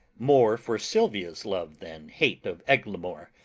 more for silvia's love than hate of eglamour,